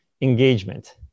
engagement